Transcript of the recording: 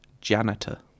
Janitor